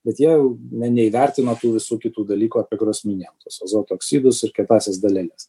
bet jie jau na neįvertino tų visų kitų dalykų apie kuriuos minėjau tuos azoto oksidus ir kietąsias daleles